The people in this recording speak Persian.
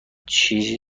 چیزی